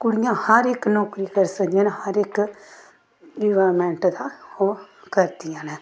कुड़ियां हर इक नौकरी करी सकदियां न हर इक गौरमैंट दा ओह् करदियां न